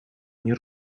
nie